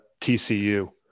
TCU